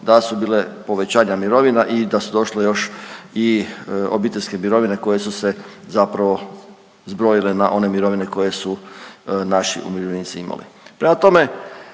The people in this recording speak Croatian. da su bile povećanja mirovina i da su došle još i obiteljske mirovine koje su se zapravo zbrojile na one mirovine koje su naši umirovljenici imali. Prema tome